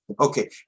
Okay